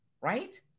right